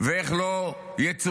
ואיך לא יצורפו